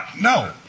no